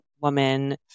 woman